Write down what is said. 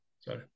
Sorry